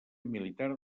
militar